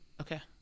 Okay